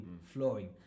flowing